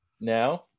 now